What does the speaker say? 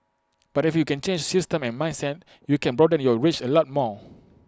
but if you can change systems and mindsets you can broaden your reach A lot more